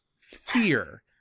fear